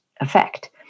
effect